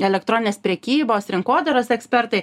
elektroninės prekybos rinkodaros ekspertai